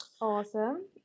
Awesome